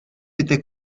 était